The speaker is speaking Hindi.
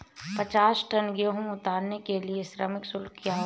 पचास टन गेहूँ उतारने के लिए श्रम शुल्क क्या होगा?